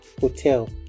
hotel